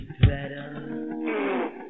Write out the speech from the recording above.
better